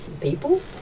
people